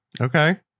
Okay